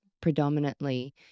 predominantly